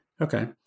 Okay